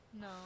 no